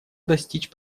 достичь